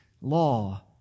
law